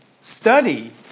study